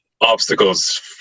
obstacles